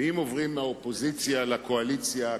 ואם עוברים מהאופוזיציה לקואליציה,